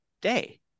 day